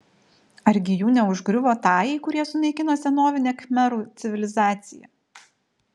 argi jų neužgriuvo tajai kurie sunaikino senovinę khmerų civilizaciją